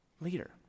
leader